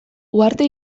uharte